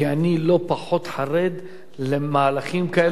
כי אני לא פחות חרד למהלכים כאלה,